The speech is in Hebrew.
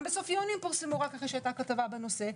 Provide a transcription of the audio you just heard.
גם בסוף יוני הנתונים פורסמו רק אחרי שהייתה כתבה בנושא,